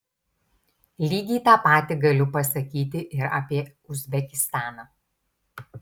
lygiai tą patį galiu pasakyti ir apie uzbekistaną